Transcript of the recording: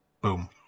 Boom